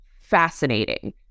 fascinating